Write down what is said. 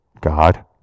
God